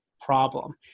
problem